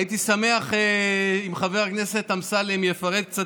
הייתי שמח אם חבר הכנסת אמסלם יפרט קצת,